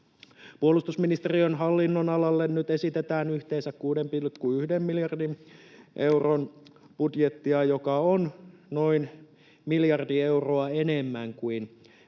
Puolustusministeriön hallinnonalalle esitetään nyt yhteensä 6,1 miljardin euron budjettia, joka on noin miljardi euroa enemmän kuin tämän